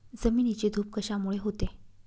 जमिनीची धूप कशामुळे होते?